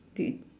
do you